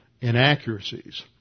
inaccuracies